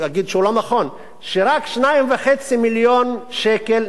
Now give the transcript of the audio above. יגיד שהוא לא נכון: שרק 2.5 מיליון שקלים,